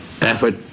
effort